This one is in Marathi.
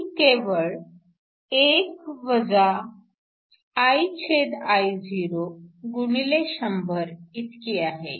ती केवळ 1 IIo100 इतकी आहे